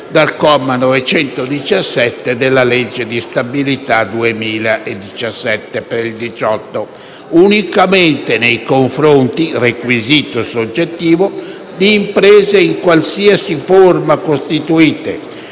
dal comma 917 della legge di bilancio 2017 per il 2018, unicamente nei confronti - requisito soggettivo - di imprese in qualsiasi forma costituite